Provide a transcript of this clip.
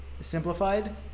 simplified